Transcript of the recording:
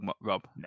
Rob